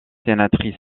sénatrice